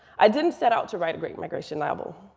i didn't set out to write a great migration novel.